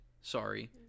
sorry